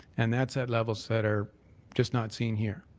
and that's at levels that are just not seen here.